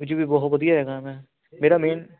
ਵਿੱਚ ਵੀ ਬਹੁਤ ਵਧੀਆ ਹੈਗਾ ਮੈਂ ਮੇਰਾ ਮੇਨ